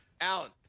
Alan